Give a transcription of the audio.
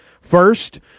First